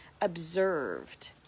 observed